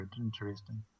interesting